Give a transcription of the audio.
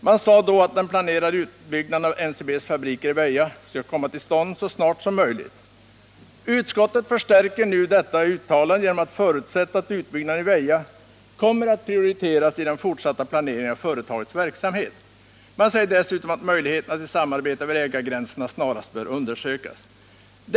Man sade då att den planerade utbyggnaden av NCB:s fabriker i Väja skulle komma till stånd så snart som möjligt. Utskottet förstärker nu detta uttalande genom att förutsätta att utbyggnaden i Väja kommer att prioriteras i den fortsatta planeringen av företagets verksamhet. Man säger dessutom att möjligheterna till samarbete över ägargränserna snarast bör undersökas.